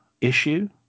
issue